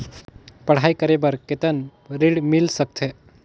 पढ़ाई करे बार कितन ऋण मिल सकथे?